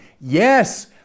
Yes